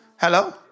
Hello